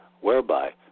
whereby